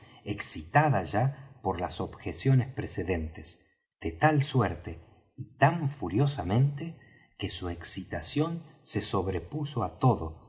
excitada ya por las objeciones precedentes de tal suerte y tan furiosamente que su excitación se sobrepuso á todo